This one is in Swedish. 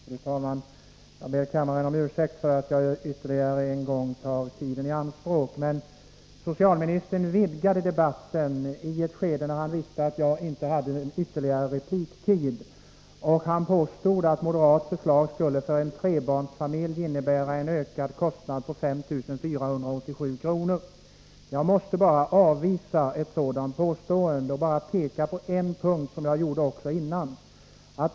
Fru talman! Jag ber kammaren om ursäkt för att jag ännu en gång tar tiden i anspråk. Men socialministern vidgade debatten i ett skede då han visste att jag inte hade ytterligare repliktid. Han påstod att det moderata förslaget innebär en ökad kostnad på 5 487 kr. för en trebarnsfamilj. Ett sådant påstående måste jag avvisa, och jag vill bara peka på en punkt som jag också berörde tidigare.